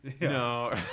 No